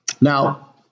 Now